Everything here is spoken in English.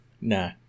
no